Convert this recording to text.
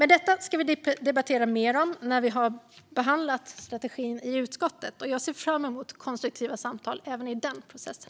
Detta ska vi debattera mer om när vi har behandlat strategin i utskottet, och jag ser fram emot konstruktiva samtal även i den processen.